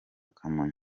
kamonyi